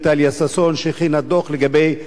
שהכינה דוח לגבי המאחזים,